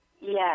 Yes